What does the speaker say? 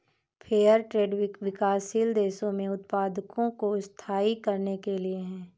fair trade विकासशील देशों में उत्पादकों को स्थायी करने के लिए है